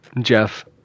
Jeff